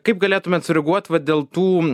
kaip galėtumėt sureaguot vat dėl tų